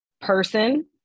person